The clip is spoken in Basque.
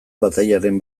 batailaren